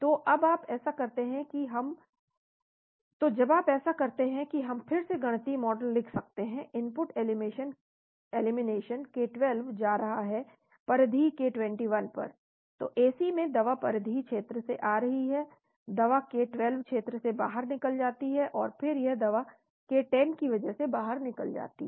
तो जब आप ऐसा करते हैं कि हम फिर से गणितीय मॉडल लिख सकते हैं इनपुट एलिमिनेशन k12 जा रहा है परिधीय k21 पर तो Ac में दवा परिधीय क्षेत्र से आ रही है दवा k12 क्षेत्र से बाहर निकल जाती है और फिर वह दवा k10 की वजह से बाहर निकल जाती है